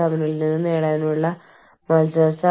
ഉദാഹരണത്തിന് നിങ്ങൾ അടിസ്ഥാനപരമായി അലാസ്കയിൽ ആണ്